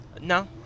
No